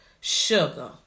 sugar